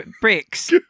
bricks